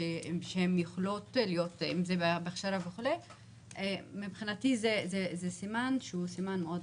תוכניות, מבחינתי זה סימן מסוכן מאוד.